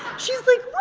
she's like.